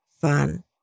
fun